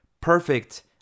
perfect